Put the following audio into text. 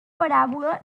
paràbola